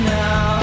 now